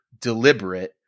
deliberate